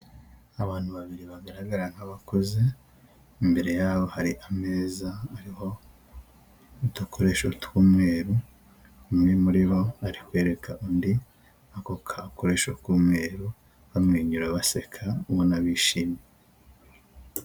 Abantu babiri bagaragara nk'abakuze imbere yabo hari ameza ariho n'udukoresho tw'umweru umwe muri bo ari kwereka undi ako gakoresho k'umweru bamwenyura baseka ubona bishimye